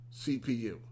CPU